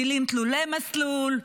טילים תלולי מסלול,